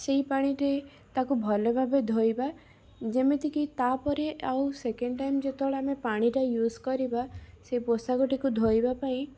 ସେଇ ପାଣିରେ ତାକୁ ଭଲ ଭାବେ ଧୋଇବା ଯେମିତି କି ତାପରେ ଆଉ ସେକେଣ୍ଡ ଟାଇମ ଯେତେବେଳେ ଆମେ ପାଣିଟା ୟୁଜ କରିବା ସେ ପୋଷାକଟିକୁ ଧୋଇବା ପାଇଁ